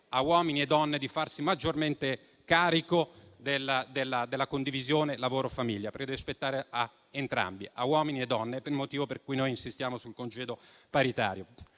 a uomini e donne di farsi maggiormente carico della condivisione lavoro-famiglia, perché deve spettare a entrambi, uomini e donne, motivo per cui noi insistiamo sul congedo paritario.